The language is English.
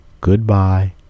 Goodbye